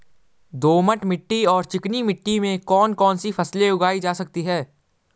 दोमट मिट्टी और चिकनी मिट्टी में कौन कौन सी फसलें उगाई जा सकती हैं?